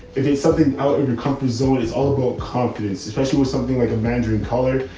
if it's something out of your comfort zone, it's all about confidence, especially with something like a mandarin colored.